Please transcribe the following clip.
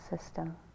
system